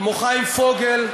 כמו חיים פוגל.